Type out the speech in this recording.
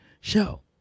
show